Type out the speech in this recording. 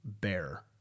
bear